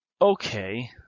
Okay